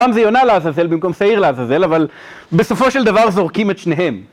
פעם זה יונה לעזאזל במקום שעיר לעזאזל, אבל בסופו של דבר זורקים את שניהם.